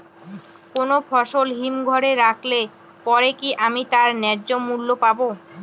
কোনো ফসল হিমঘর এ রাখলে পরে কি আমি তার ন্যায্য মূল্য পাব?